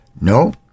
No